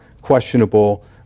questionable